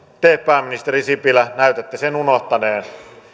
te pääministeri sipilä näytätte sen unohtaneen